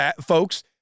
folks